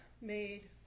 made